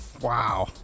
Wow